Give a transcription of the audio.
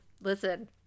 listen